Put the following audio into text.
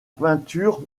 peinture